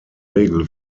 regel